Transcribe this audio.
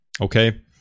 okay